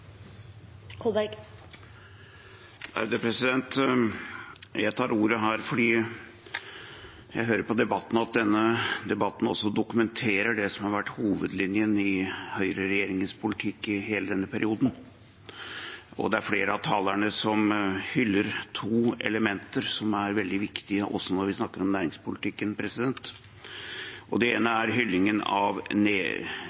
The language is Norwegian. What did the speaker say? Jeg tar ordet fordi jeg hører at debatten dokumenterer det som har vært hovedlinjen i høyreregjeringens politikk i hele denne perioden, og det er flere av talerne som hyller to elementer som er veldig viktig også når vi snakker om næringspolitikken. Det ene er hyllingen av 30 mrd. kr mindre i skatt. Jeg forundres veldig over at det